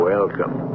Welcome